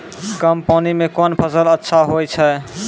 कम पानी म कोन फसल अच्छाहोय छै?